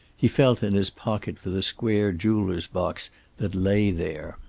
he felt in his pocket for the square jeweler's box that lay there.